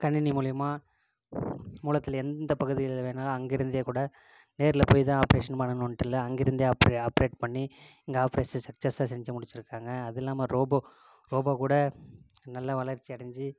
கணினி மூலியமாக மூலத்தில எந்த பகுதியில் வேணாலும் அங்கேயிருந்தே கூட நேரில் போய் தான் ஆப்ரேஷன் பண்ணணும்ன்ட்டு இல்ல அங்கயிருந்தே ஆப்ரோட் பண்ணி இங்கே ஆப்ரேஷனை சக்ஸஸ்ஸா செஞ்சு முடிச்சுருக்காங்க அதுவும் இல்லாமல் ரோபோ ரோபோ கூட நல்ல வளர்ச்சி அடைஞ்சி